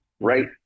right